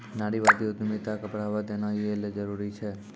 नारीवादी उद्यमिता क बढ़ावा देना यै ल जरूरी छै